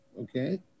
okay